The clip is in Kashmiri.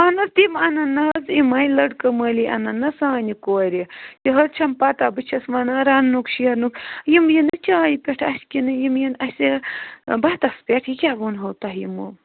اَہَن حظ تِم اَنن نا حظ یِمن لڑکہٕ مٲلی اَنَن نا سانہِ کورِ تہِ حظ چھَم پتاہ بہٕ چھس ونان رننُک شیرنُک یِم یِنہٕ چایہِ پٮ۪ٹھ اَسہِ کِنہٕ یِم ین اَسہِ بتس پٮ۪ٹھ یہِ کیٛاہ ووٚنہو تۄہہِ یِمو